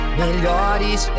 melhores